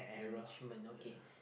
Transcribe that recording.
management okay